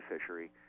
fishery